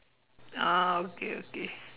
ah okay okay